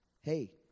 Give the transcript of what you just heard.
Hey